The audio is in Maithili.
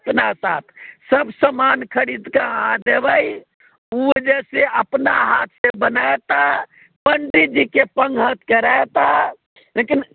अपना साथ सब समान खरीद कऽ देबै ओ जे है से अपना हाथे बनैता पण्डिजीकेँ पन्घत करैता लेकिन